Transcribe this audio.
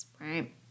right